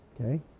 okay